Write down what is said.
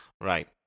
Right